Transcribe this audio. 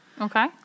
Okay